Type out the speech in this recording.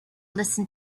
listen